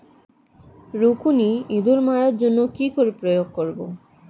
রুকুনি ইঁদুর মারার জন্য কি করে প্রয়োগ করব?